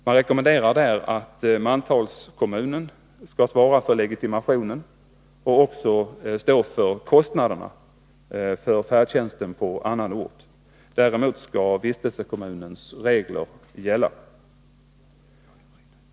Man rekommenderar att mantalskommunen skall svara för legitimationen och också stå för kostnaderna för färdtjänsten på annan ort — däremot skall vistelsekommunens regler gälla.